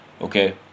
Okay